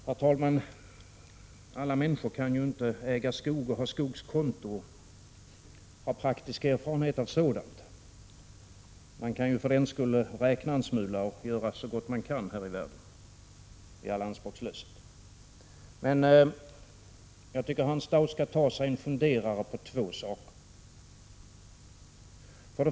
Herr talman! Alla människor kan ju inte äga skog och ha skogskonto och ha praktisk erfarenhet av sådant, men man kan ju räkna en smula och försöka göra så gott man kan här i världen i all anspråkslöshet ändå. Jag tycker att Hans Dau bör ta sig en funderare på två saker.